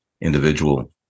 individual